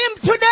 today